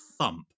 thump